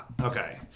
Okay